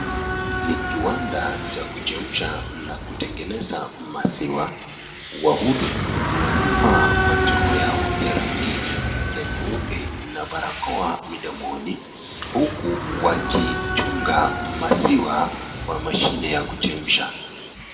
Ni kiwanda cha kuchemsha na kutengeneza maziwa. Wahudumu wamevaa majoho yao ya yenye rangi ya nyeupe na barakoa midomoni huku wakichunga maziwa kwa mashine ya kuchemsha.